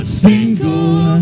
single